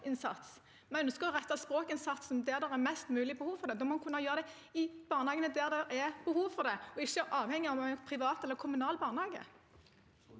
Vi ønsker å rette språkinnsatsen der det er mest behov for det. Da må en kunne gjøre det i barnehager der det er behov for det, uavhengig av om det er en privat eller kommunal barnehage.